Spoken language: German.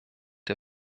der